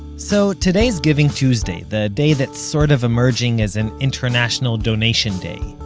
so, today's givingtuesday, the day that's sort of emerging as an international donation day,